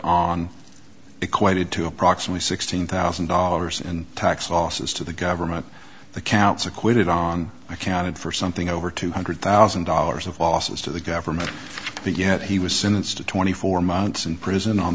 on equated to approximately sixteen thousand dollars in tax losses to the government the counts acquitted on i counted for something over two hundred thousand dollars of losses to the government yet he was sentenced to twenty four months in prison on